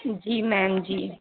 جی میم جی